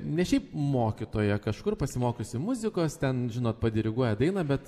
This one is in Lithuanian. ne šiaip mokytoja kažkur pasimokiusi muzikos ten žinot padiriguoja dainą bet